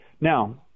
Now